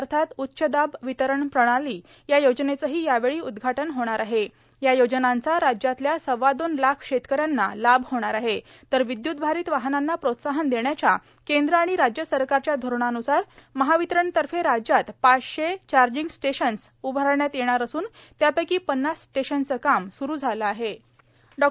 अर्थात उच्चदाब वितरण प्रणालीए या योजनेचंही यावेळी उद्घाटन होणार आहेण या योजनांचा राज्यातल्या सव्वादोन लाख शेतकऱ्यांना लाभ होणार आहेण तरए विद्युत भारीत वाहनांना प्रोत्साहन देण्याच्या केंद्र आणि राज्य सरकारच्या धोरणानुसारए महावितरणतर्फे राज्यात पाचशे चार्जिंग स्टेशन्स उभारण्यात येणार असूनए त्यापैकी पन्नास स्टेशन्सचं काम सुरू झालं आहेण डॉ